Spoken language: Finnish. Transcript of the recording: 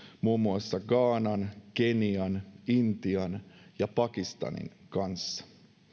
muun muassa ghanan kenian intian ja pakistanin kanssa